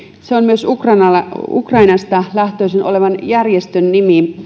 se on myös ukrainasta lähtöisin olevan järjestön nimi